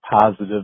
positive